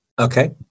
okay